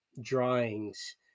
drawings